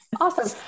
Awesome